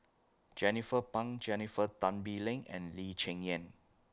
Jernnine Pang Jennifer Tan Bee Leng and Lee Cheng Yan